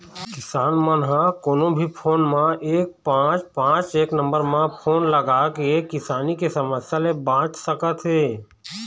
किसान मन ह कोनो भी फोन म एक पाँच पाँच एक नंबर म फोन लगाके किसानी के समस्या ले बाँच सकत हे